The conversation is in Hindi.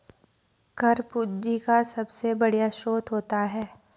कर पूंजी का सबसे बढ़िया स्रोत होता है